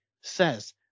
says